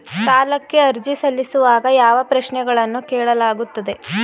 ಸಾಲಕ್ಕೆ ಅರ್ಜಿ ಸಲ್ಲಿಸುವಾಗ ಯಾವ ಪ್ರಶ್ನೆಗಳನ್ನು ಕೇಳಲಾಗುತ್ತದೆ?